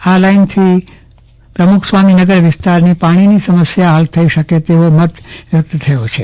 આ લાઈનથી પ્રમુખ સ્વામિનગર વિસ્તારની પાણીની સમસ્યા હલ થઈ શકે તેવો વ્યક્ત થયો છે